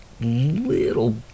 little